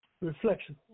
reflection